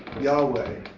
Yahweh